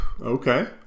Okay